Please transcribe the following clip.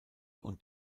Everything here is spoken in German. und